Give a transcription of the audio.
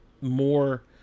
more